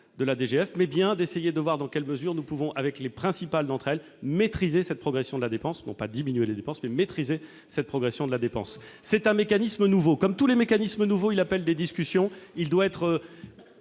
Il s'agit d'essayer de voir dans quelle mesure nous pouvons, avec les principales d'entre elles, maîtriser cette progression de la dépense. Je le redis, nous souhaitons non diminuer les dépenses, mais maîtriser cette progression de la dépense. C'est un mécanisme nouveau. Comme tous les mécanismes nouveaux, il appelle des discussions. Il doit être